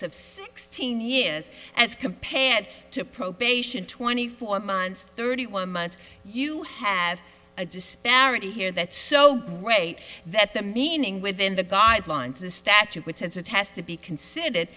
sixteen years as compared to probation twenty four months thirty one months you have a disparity here that's so great that the meaning within the guidelines of the statute which has the test to be considered